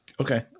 okay